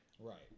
Right